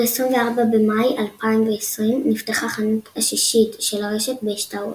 ב-24 במאי 2020 נפתחה החנות השישית של הרשת באשתאול.